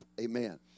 Amen